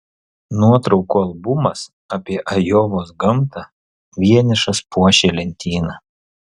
nuotraukų albumas apie ajovos gamtą vienišas puošė lentyną